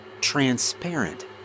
transparent